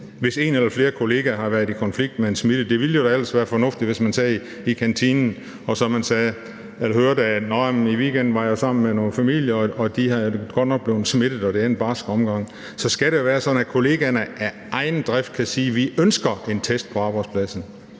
hvis en eller flere kollegaer har været i kontakt med en smittet. Det ville jo ellers være fornuftigt, hvis man sad i kantinen og hørte, at nogen sagde: I weekenden var jeg sammen med noget familie, og de er godt nok blevet smittet, og det er en barsk omgang. Så skal det være sådan, at kollegaerne af egen drift kan sige: Vi ønsker en test på arbejdspladsen.